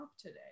today